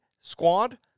squad